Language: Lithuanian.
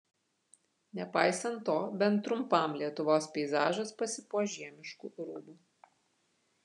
nepaisant to bent trumpam lietuvos peizažas pasipuoš žiemišku rūbu